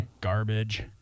Garbage